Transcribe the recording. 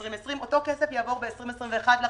הוא יעבור ב-2021 לרשויות.